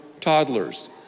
toddlers